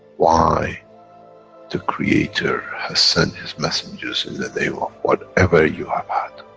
why the creator has sent his messengers in the name of whatever you have had.